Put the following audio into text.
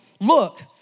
look